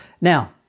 Now